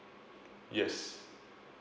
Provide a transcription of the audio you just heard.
yes